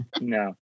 No